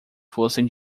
fossem